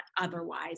otherwise